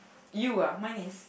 you are mine is